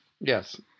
Yes